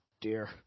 dear